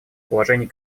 положений